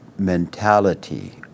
mentality